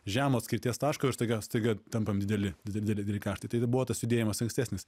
žemo atskirties taško ir staiga staiga tampam dideli dideli dideli kaštai tai ir buvo tas judėjimas ankstesnis